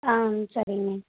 ஆ சரிங்க